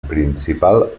principal